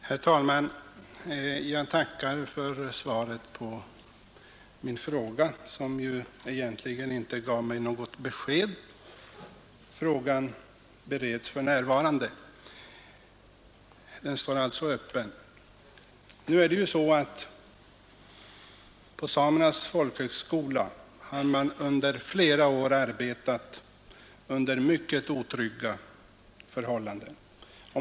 Herr talman! Jag tackar för svaret på min fråga, som dock egentligen inte gav mig något besked — frågan bereds för närvarande; den står alltså öppen. Nu är det ju så, att man på samernas folkhögskola under flera år har arbetat under mycket otrygga förhållanden.